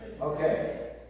Okay